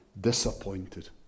disappointed